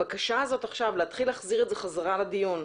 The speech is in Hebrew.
הבקשה הזאת עכשיו להתחיל להחזיר את זה חזרה לדיון,